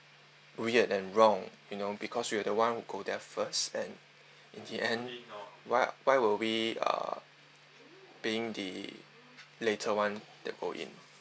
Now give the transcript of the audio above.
weird and wrong you know because we are the one who go there first and in the end you know why why were we uh being the later [one] that go in